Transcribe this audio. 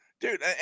Dude